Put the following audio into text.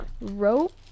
rope